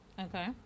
Okay